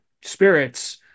spirits